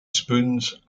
spoons